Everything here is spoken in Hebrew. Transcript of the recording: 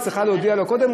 היא צריכה להודיע לו קודם,